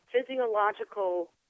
physiological